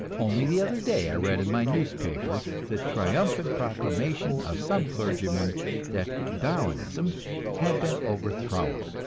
only the other day i read in my newspaper the triumphant proclamation of some clergyman that darwinism had been overthrown.